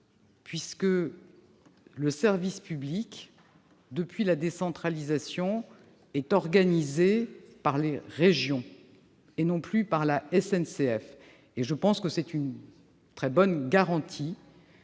pas. Le service public, depuis la décentralisation, est organisé par les régions, et non plus par la SNCF. Je pense que c'est une bonne garantie